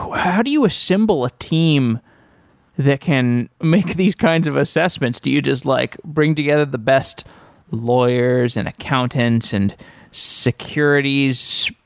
how do you assemble a team that can make these kinds of assessments? do you just like bring together the best lawyers and accountants and securities,